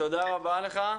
תודה רבה לך.